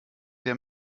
der